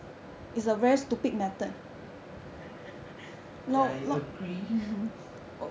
ya you agree